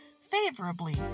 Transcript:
favorably